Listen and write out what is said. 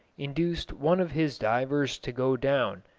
induced one of his divers to go down,